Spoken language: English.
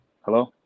Hello